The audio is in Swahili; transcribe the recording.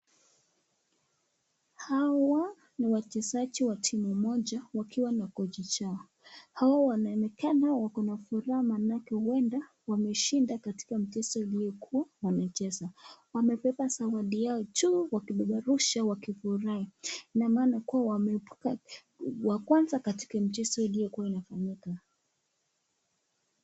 Hawa ni wachezaji wa timu moja wakiwa na kocha wao. Hawa wanaonekana wako na furaha maanake huenda wameshinda katika mchezo uliokuwa wanacheza. Wamebeba zawadi yao juu wakipeperusha wakifurahi. Ina maana kuwa wameibuka wa kwanza katika mchezo uliokuwa unafanyika.